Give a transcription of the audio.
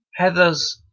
Heathers